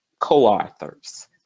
co-authors